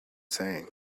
saying